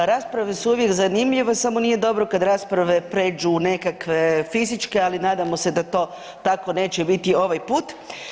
Rasprave su uvijek zanimljive, samo nije dobro kad rasprave prijeđu u nekakve fizičke, ali nadajmo se da to tako neće biti ovaj put.